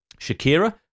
Shakira